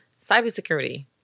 cybersecurity